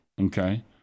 Okay